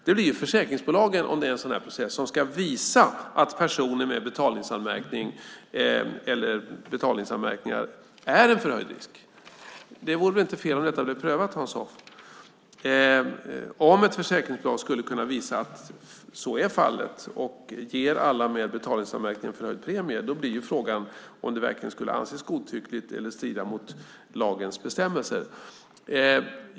Det blir ju försäkringsbolagen som i en sådan här process ska visa att personer med betalningsanmärkningar är en förhöjd risk. Det vore väl inte fel om detta blev prövat, Hans Hoff? Om ett försäkringsbolag skulle kunna visa att så är fallet och ge alla med betalningsanmärkning förhöjd premie blir ju frågan om det verkligen skulle anses godtyckligt eller strida mot lagens bestämmelser.